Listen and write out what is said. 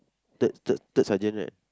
third third third sergeant right